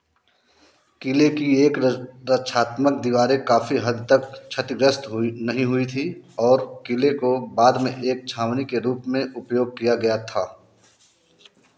किले की रक्षात्मक दीवारे काफ़ी हद तक क्षतिग्रस्त हुई नहीं हुई थी और किले को बाद में एक छावनी के रूप में उपयोग किया गया था